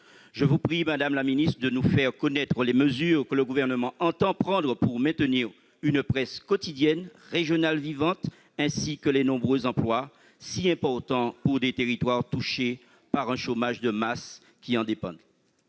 Je vous prie, madame la ministre, de nous faire connaître les mesures que le Gouvernement entend prendre pour maintenir une presse quotidienne régionale vivante, ainsi que les nombreux emplois, si importants pour des territoires touchés par un chômage de masse qui en dépendent.